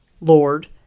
Lord